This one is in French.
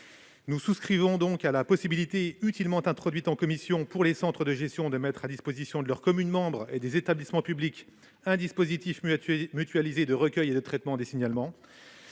pour les centres de gestion, possibilité utilement introduite en commission, de mettre à disposition de leurs communes membres et des établissements publics un dispositif mutualisé de recueil et de traitement des signalements.